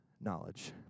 knowledge